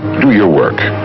do your work,